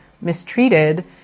mistreated